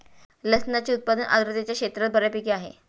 लसणाचे उत्पादन आर्द्रतेच्या क्षेत्रात बऱ्यापैकी आहे